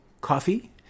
coffee